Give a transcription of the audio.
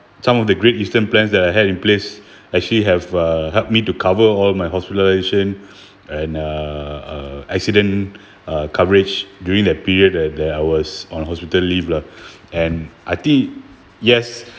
some of the great eastern plans that I had in place actually have uh help me to cover all my hospitalization and uh accident uh coverage during that period that that I was on hospital leave lah and I think yes